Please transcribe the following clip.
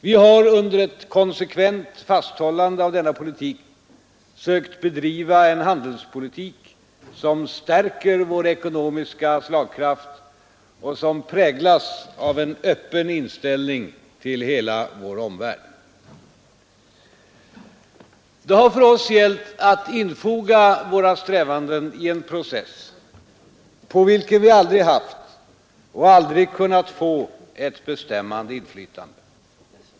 Vi har under ett konsekvent fasthållande vid denna politik sökt bedriva en handelspolitik som stärker vår ekonomiska slagkraft och som präglas av en öppen inställning till hela vår omvärld. Det har för oss gällt att infoga våra strävanden i en process på vilken vi aldrig har haft och aldrig kunnat få ett bestämmande inflytande.